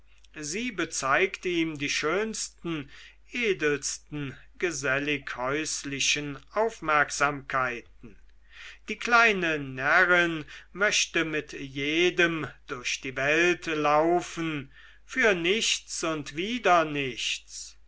sie bezeigt ihm die schönsten edelsten gesellig häuslichen aufmerksamkeiten die kleine närrin möchte mit jedem durch die welt laufen für nichts und wieder nichts